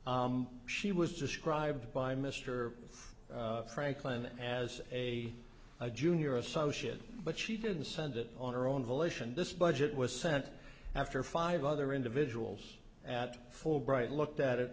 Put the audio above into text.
she was described by mr franklin as a junior associate but she didn't send it on her own volition this budget was sent after five other individuals at fulbright looked at it